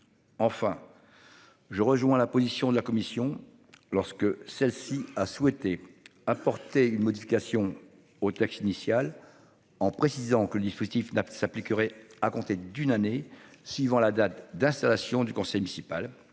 Enfin. Je rejoins la position de la Commission, lorsque celle-ci a souhaité apporter une modification au texte initial, en précisant que le dispositif n'a s'appliquerait à compter d'une année suivant la date d'installation du conseil municipal